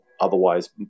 otherwise